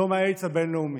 יום האיידס הבין-לאומי.